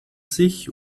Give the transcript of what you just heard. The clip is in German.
sich